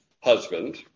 husband